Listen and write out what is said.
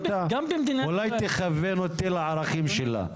אולי תכוון אותי לערכים שלה?